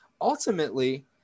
ultimately